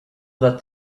that